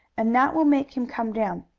and that will make him come down.